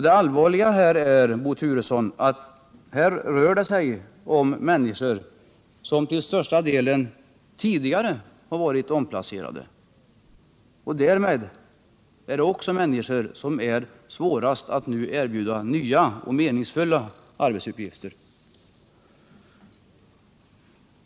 Det allvarliga, Bo Turesson, är att det här till största delen rör sig om människor som tidigare blivit omplacerade — dvs. människor som det är svårast att nu erbjuda nya och meningsfulla arbetsuppgifter.